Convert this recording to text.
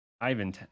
Ivan